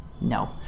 no